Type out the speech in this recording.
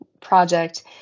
project